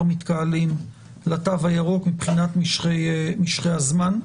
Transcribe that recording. מתקהלים לתו הירוק מבחינת משכי הזמן,